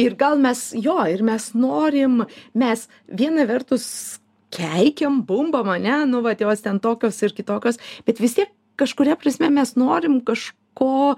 ir gal mes jo ir mes norim mes viena vertus keikiam bumba ar ne nu vat jos ten tokios ir kitokios bet vis tiek kažkuria prasme mes norim kažko